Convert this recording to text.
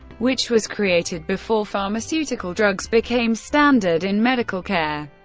which was created before pharmaceutical drugs became standard in medical care.